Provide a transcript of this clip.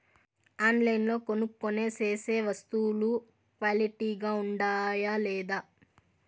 ఆన్లైన్లో కొనుక్కొనే సేసే వస్తువులు క్వాలిటీ గా ఉండాయా లేదా?